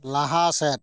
ᱞᱟᱦᱟ ᱥᱮᱫ